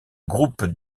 groupe